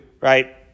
right